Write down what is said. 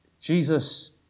Jesus